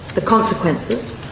the consequences,